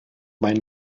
mein